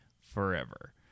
forever